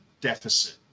deficit